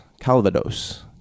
Calvados